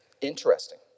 Interesting